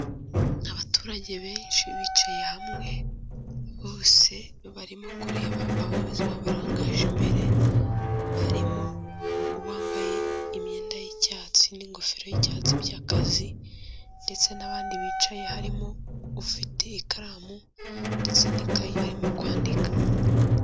Abaturage benshi bicaye hamwe bose barimo kureba abayobozi babarangaje imbere, harimo uwambaye imyenda y'icyatsi n'ingofero y'icyatsi by'akazi ndetse n'abandi bicaye, harimo ufite ikaramu ndetse n'ikayi arimo kwandika.